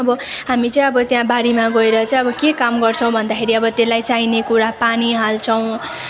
अब हामी चाहिँ अब त्याँ बारीमा गएर चाहिँ आबो के काम गर्छौँ भन्दाखेरि आबो तेल्लाई चाइने कुरा पानी हाल्छौँ